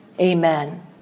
amen